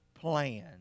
plan